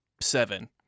seven